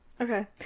Okay